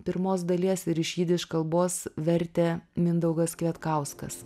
pirmos dalies ir iš jidiš kalbos vertė mindaugas kvietkauskas